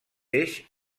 eix